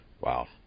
wow